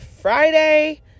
Friday